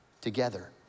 together